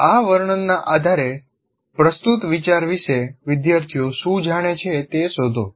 આ વર્ણનના આધારે પ્રસ્તુત વિચાર વિશે વિદ્યાર્થીઓ શું જાણે છે તે શોધો